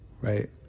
right